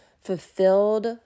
fulfilled